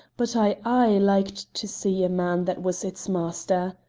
but i aye liked to see a man that was its master.